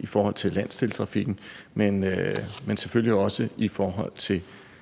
i forhold til landsdelstrafikken. Særlig motorvejsforbindelsen